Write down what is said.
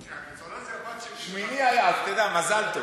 פרשת מצורע, הבת שלי, "שמיני" מזל טוב.